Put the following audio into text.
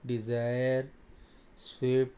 Dzire swift